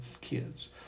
kids